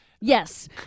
Yes